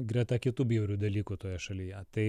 greta kitų bjaurių dalykų toje šalyje tai